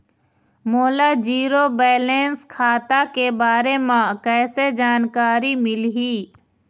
मोला zero balance खाता के बारे म कैसे जानकारी मिलही?